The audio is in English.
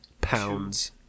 pounds